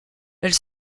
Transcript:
elle